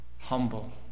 humble